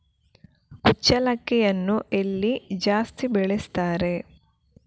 ಕುಚ್ಚಲಕ್ಕಿಯನ್ನು ಎಲ್ಲಿ ಜಾಸ್ತಿ ಬೆಳೆಸ್ತಾರೆ?